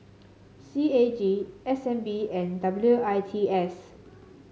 C A G S N B and W I T S